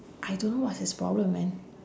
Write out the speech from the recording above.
I don't know what's his problem man